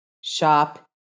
shop